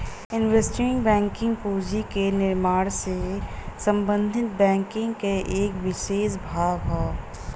investment banking पूंजी के निर्माण से संबंधित बैंकिंग क एक विसेष भाग हौ